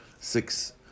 six